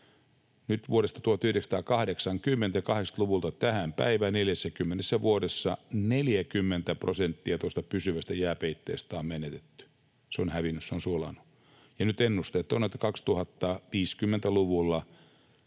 Nyt vuodesta 1980 ja 80-luvulta tähän päivään, 40 vuodessa, 40 prosenttia tuosta pysyvästä jääpeitteestä on menetetty. Se on hävinnyt, se on sulanut. Ja nyt ennusteet ovat, että 2050-luvulla